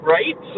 Right